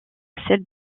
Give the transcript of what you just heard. celles